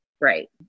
right